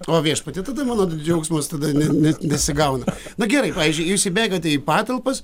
o viešpatie tada mano džiaugsmas tada net nesigauna na gerai pavyzdžiui jūs įbėgate į patalpas